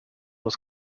was